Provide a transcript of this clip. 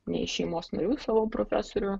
nei šeimos narių savo profesorių